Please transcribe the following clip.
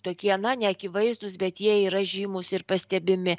tokie na ne akivaizdūs bet jie yra žymūs ir pastebimi